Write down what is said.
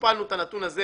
הכפלנו את הנתון הזה